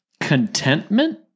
contentment